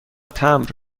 تمبر